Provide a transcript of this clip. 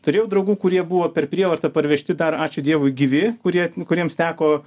turėjau draugų kurie buvo per prievartą parvežti dar ačiū dievui gyvi kurie kuriems teko